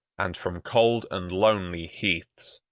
and from cold and lonely heaths,